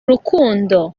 rukundo